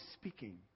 speaking